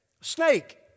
snake